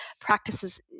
practices